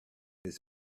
his